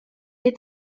est